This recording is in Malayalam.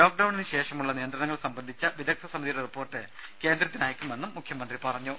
ലോക്ഡൌണിന് ശേഷമുള്ള നിയന്ത്രണങ്ങൾ സംബന്ധിച്ച വിദഗ്ദ്ധ സമിതിയുടെ റിപ്പോർട്ട് കേന്ദ്രത്തിന് അയയ്ക്കുമെന്ന് മുഖ്യമന്ത്രി പറഞ്ഞു